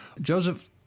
Joseph